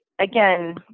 Again